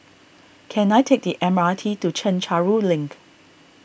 can I take the M R T to Chencharu Link